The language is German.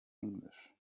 englisch